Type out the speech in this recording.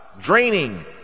draining